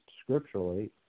scripturally